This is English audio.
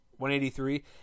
183